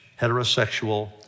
heterosexual